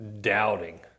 Doubting